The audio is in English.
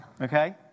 Okay